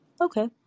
Okay